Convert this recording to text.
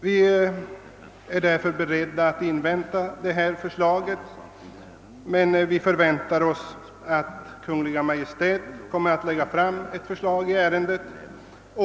Vi är alltså beredda att avvakta förslaget från skogsskattekommittén, men vi förväntar att Kungl. Maj:t lägger fram ett förslag.